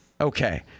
Okay